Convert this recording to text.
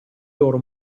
loro